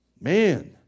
Man